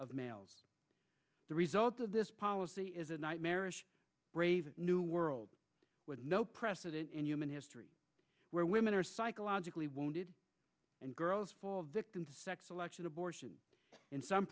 of males the result of this policy is a nightmarish brave new world with no precedent in human history where women are psychologically wounded and girls fall victim to sex selection abortion in some